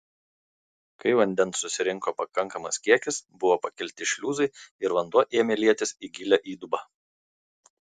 kai vandens susirinko pakankamas kiekis buvo pakelti šliuzai ir vanduo ėmė lietis į gilią įdubą